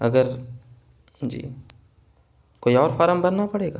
اگر جی کوئی اور فارم بھرنا پڑے گا